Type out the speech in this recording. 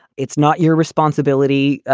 it's not your responsibility